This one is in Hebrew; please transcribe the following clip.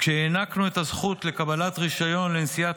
כשהענקנו את הזכות לקבלת רישיון לנשיאת